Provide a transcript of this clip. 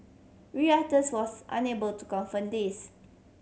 Reuters was unable to confirm this